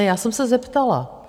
Já jsem se zeptala.